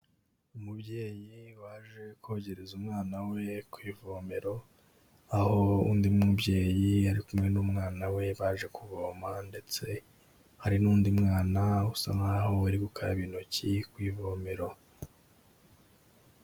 Umubyeyi waje kogereza umwana we ku ivomero, aho undi mubyeyi ari kumwe n'umwana we baje kuvoma ndetse hari n'undi mwana usa nk'aho ari gukaraba intoki ku ivomero.